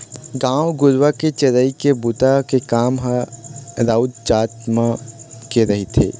गाय गरुवा के चरई के बूता के काम ह राउत जात मन के रहिथे